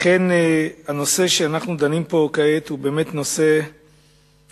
אכן הנושא שאנחנו דנים בו כעת הוא נושא של